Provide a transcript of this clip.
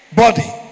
body